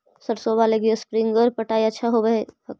सरसोबा लगी स्प्रिंगर पटाय अच्छा होबै हकैय?